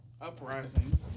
uprising